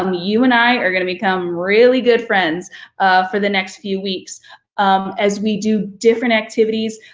um you and i are gonna become really good friends for the next few weeks um as we do different activities.